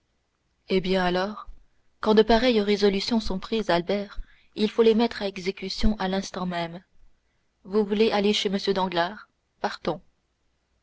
eh bien alors quand de pareilles résolutions sont prises albert il faut les mettre à exécution à l'instant même vous voulez aller chez m danglars partons